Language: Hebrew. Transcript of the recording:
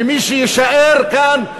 ומי שיישאר כאן,